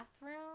bathroom